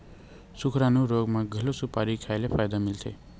सुकरानू रोग म घलो सुपारी खाए ले फायदा मिलथे